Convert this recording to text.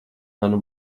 manu